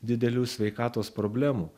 didelių sveikatos problemų